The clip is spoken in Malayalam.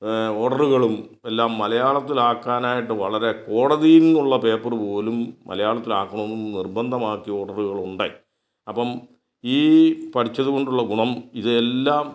ഓർഡറുകളും എല്ലാം മലയാളത്തിലാക്കാനായിട്ട് വളരെ കോടതിയിൽ നിന്ന് ഉള്ള പേപ്പറുപോലും മലയാളത്തിലാക്കണമെന്ന് നിർബന്ധമാക്കിയ ഓർഡറുകൾ ഉണ്ട് അപ്പം ഈ പഠിച്ചതു കൊണ്ടുള്ള ഗുണം ഇത് എല്ലാം